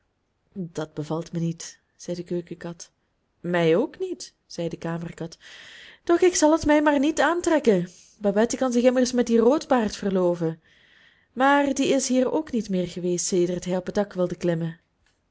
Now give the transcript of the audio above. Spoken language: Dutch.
dat bevalt mij niet zei de keukenkat mij ook niet zei de kamerkat doch ik zal het mij maar niet aantrekken babette kan zich immers met dien roodbaard verloven maar die is hier ook niet meer geweest sedert hij op het dak wilde klimmen